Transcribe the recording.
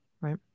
Right